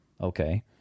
Okay